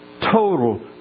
total